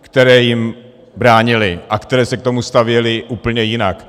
které jim bránily a které se k tomu stavěly úplně jinak.